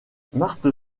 marthe